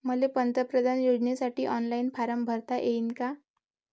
मले पंतप्रधान योजनेसाठी ऑनलाईन फारम भरता येईन का?